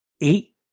eight